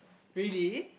really